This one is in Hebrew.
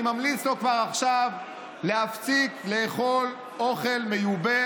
אני ממליץ לו כבר עכשיו להפסיק לאכול אוכל מיובא